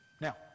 Now